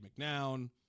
McNown